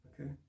Okay